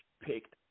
picked